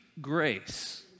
grace